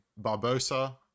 Barbosa